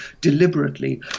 deliberately